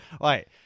Right